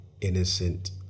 Innocent